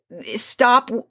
stop